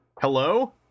Hello